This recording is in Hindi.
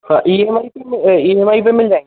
हाँ ई एम आई पर में ई एम आई पर मिल जाएंगे